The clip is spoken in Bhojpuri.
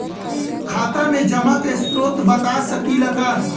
खाता में जमा के स्रोत बता सकी ला का?